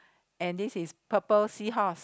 and this is purple seahorse